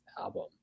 album